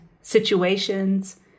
situations